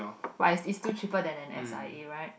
but it's still cheaper than an S_I_A right